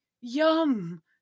Yum